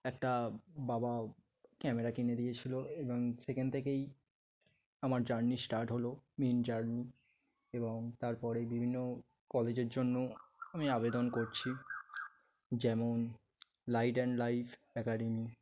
একটা বাবা ক্যামেরা কিনে দিয়েছিল এবং সেখান থেকেই আমার জার্নি স্টার্ট হলো মেইন জার্নি এবং তার পরে বিভিন্ন কলেজের জন্য আমি আবেদন করছি যেমন লাইট অ্যান্ড লাইফ অ্যাকাডেমি